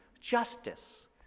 justice